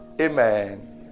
amen